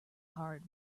hard